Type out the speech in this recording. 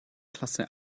klasse